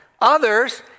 others